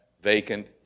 vacant